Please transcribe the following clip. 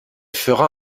fera